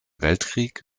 weltkrieg